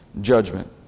judgment